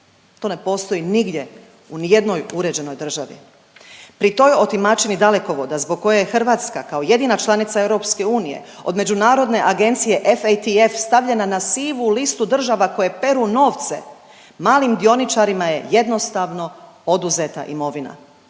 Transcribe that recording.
To ne postoji nigdje u nijednoj uređenoj državi. Pri toj otimačini Dalekovoda zbog koje je Hrvatska kao jedina članica EU od Međunarodne agencije FATF stavljena na sivu listu država koje peru novce, malim dioničarima je jednostavno oduzeta imovina.